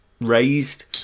raised